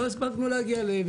לא הפסקנו להגיע אליהם.